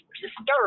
disturbed